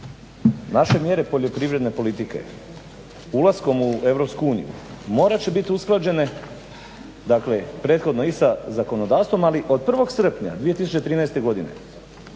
naše mjere poljoprivredne politike ulaskom u EU morat će biti usklađene prethodno i sa zakonodavstvom, ali od 1. srpnja 2013. godine